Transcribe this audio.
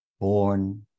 born